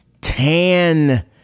Tan